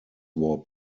war